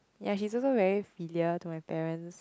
ya she's also very filial to my parents